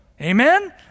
Amen